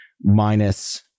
minus